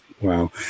wow